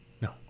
No